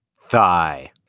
Thigh